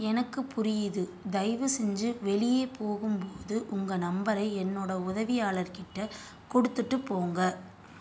எனக்குப் புரியுது தயவு செஞ்சு வெளியே போகும் போது உங்கள் நம்பரை என்னோடய உதவியாளர் கிட்ட கொடுத்துட்டு போங்க